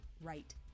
right